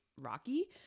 rocky